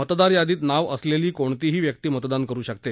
मतदान यादीत नाव असलेली कोणतीही व्यक्ती मतदान करु शकते